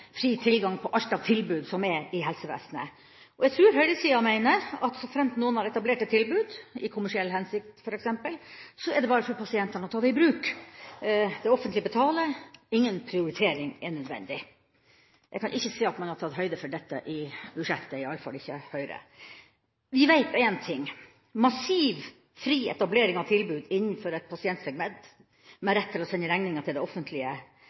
fri tilgang til alt som er av tilbud i helsevesenet. Jeg tror høyresida meiner at såfremt noen har etablert et tilbud, f.eks. i kommersiell hensikt, er det bare for pasientene å ta det i bruk – det offentlige betaler, ingen prioritering er nødvendig. Jeg kan ikke se at man har tatt høyde for dette i budsjettet, i alle fall ikke Høyre. Vi veit én ting: Massiv fri etablering av tilbud innenfor et pasientsegment med rett til å sende regninga til det offentlige,